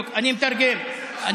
אני מתרגם.